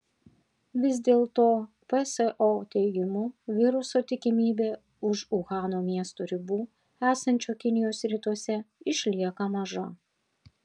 vis dėl to pso teigimu viruso tikimybė už uhano miesto ribų esančio kinijos rytuose išlieka maža